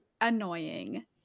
annoying